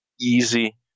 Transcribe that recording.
easy